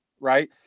right